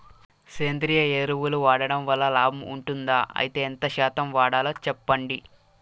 సేంద్రియ ఎరువులు వాడడం వల్ల లాభం ఉంటుందా? అయితే ఎంత శాతం వాడాలో చెప్పండి?